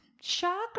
Shocker